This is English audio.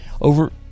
Over